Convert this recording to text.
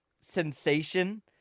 sensation